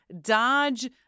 Dodge